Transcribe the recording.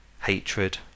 hatred